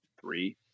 three